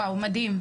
וואו, מדהים.